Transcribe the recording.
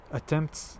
attempts